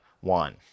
one